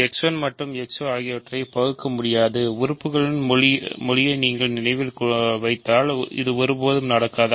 x 1 மற்றும் x 2 ஆகியவற்றை பகுக்கமுடியாதது உறுப்புகளின் மொழியை நினைவில் வைத்தால் இது ஒருபோதும் நடக்காது